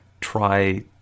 try